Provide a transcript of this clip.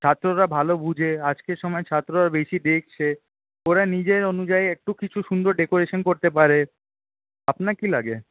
ছাত্ররা ভালো বুঝে আজকের সময়ে ছাত্ররা বেশী দেখছে ওরা নিজের অনুযায়ী একটু কিছু সুন্দর ডেকরেশন করতে পারে আপনার কি লাগে